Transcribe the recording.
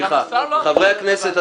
חברי הכנסת,